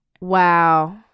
Wow